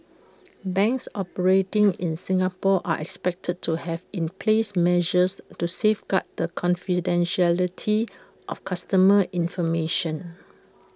banks operating in Singapore are expected to have in place measures to safeguard the confidentiality of customer information